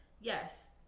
yes